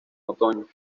otoño